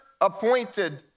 appointed